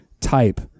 type